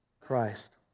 Christ